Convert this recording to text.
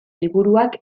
liburuak